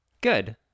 Good